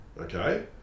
okay